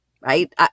right